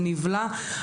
זה נבלע.